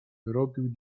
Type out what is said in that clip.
robił